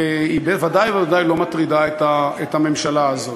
והיא בוודאי ובוודאי לא מטרידה את הממשלה הזאת.